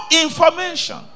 information